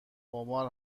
خمار